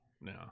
No